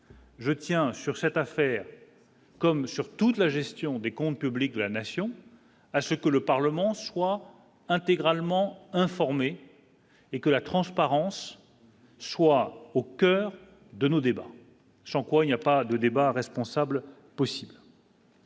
Je tiens sur cette affaire, comme sur toute la gestion des comptes publics de la nation, à ce que le Parlement soit intégralement informé et que la transparence soit au coeur de nos débats, sans quoi il n'y a pas de débat responsable possible.